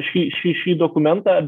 šį šį šį dokumentą